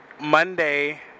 Monday